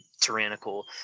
tyrannical